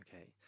Okay